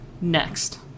next